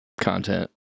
content